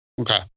Okay